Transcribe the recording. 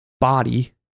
body